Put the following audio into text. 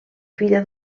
filla